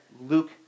Luke